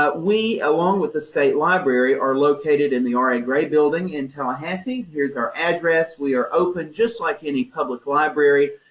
but we, along with the state library are located in the r a. gray building in tallahassee. here's our address. we are open just like any public library,